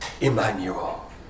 Emmanuel